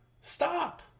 Stop